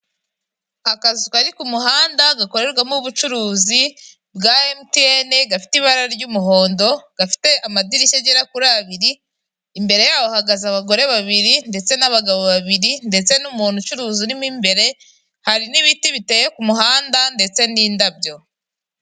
Akazu kari ku muhanda gakorerwamo ubucuruzi bwa emutiyene gafite ibara ry'umuhondo, gafite amadirishya agera kuri abiri; imbere yaho hahagaze abagore babiri ndetse n'abagabo babiri ndetse n'umuntu ucuruza urimo imbere; hari n'ibiti biteye ku muhanda ndetse n'indabyo.